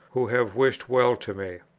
who have wished well to me.